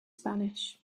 spanish